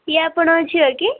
ଇଏ ଆପଣଙ୍କ ଝିଅ କି